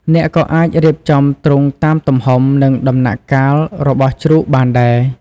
អ្នកក៏អាចរៀបចំទ្រុងតាមទំហំ និងដំណាក់កាលរបស់ជ្រូកបានដែរ។